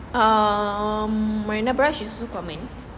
um my marina barrage is too common